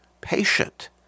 patient